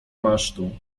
masztu